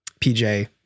pj